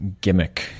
gimmick